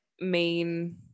main